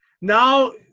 Now